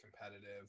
competitive